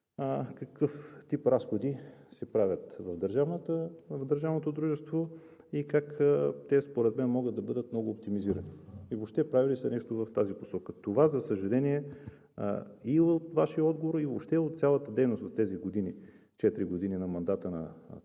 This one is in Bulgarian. какъв тип разходи се правят в държавното дружество и как те според мен могат да бъдат много оптимизирани, и въобще прави ли се нещо в тази посока? Това, за съжаление, и във Вашия отговор и въобще от цялата дейност в тези години – четири години на мандата на това